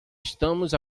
estamos